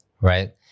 right